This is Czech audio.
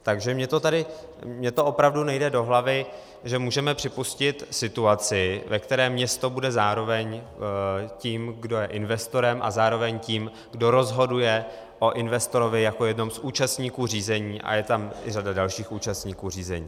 Takže mně opravdu nejde do hlavy, že můžeme připustit situaci, ve které město bude zároveň tím, kdo je investorem, a zároveň tím, kdo rozhoduje o investorovi jako jednom z účastníků řízení, a je tam i řada dalších účastníků řízení.